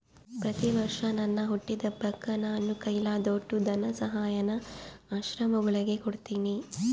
ಪ್ರತಿವರ್ಷ ನನ್ ಹುಟ್ಟಿದಬ್ಬಕ್ಕ ನಾನು ಕೈಲಾದೋಟು ಧನಸಹಾಯಾನ ಆಶ್ರಮಗುಳಿಗೆ ಕೊಡ್ತೀನಿ